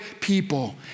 people